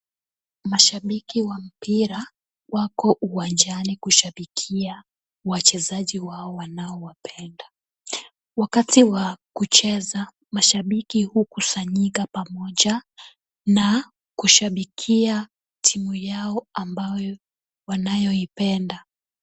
Mashabiki wa mpira wako uwanjani kushabikia wachezaji wao wanaowapenda. Wakati wa kucheza mashabiki hukusanyika pamoja na kushabikia timu yao ambayo wanayoipenda.